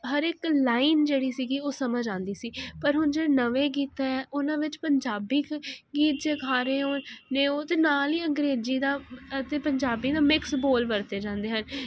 ਹਰੇਕ ਲਾਈਨ ਜਿਹੜੀ ਸੀਗੀ ਉਹ ਸਮਝ ਆਂਦੀ ਸੀ ਪਰ ਹੁਣ ਜਿਹੜੇ ਨਵੇਂ ਗੀਤ ਹੈ ਉਨ੍ਹਾਂ ਵਿੱਚ ਪੰਜਾਬੀ ਕ ਗੀਤ ਜੇ ਖਾ ਰਹੇ ਹੋਣ ਨੇ ਉਹਦੇ ਨਾਲ ਈ ਅੰਗਰੇਜੀ ਦਾ ਅਤੇ ਪੰਜਾਬੀ ਦਾ ਮਿਕਸ ਬੋਲ ਵਰਤੇ ਜਾਂਦੇ ਹਨ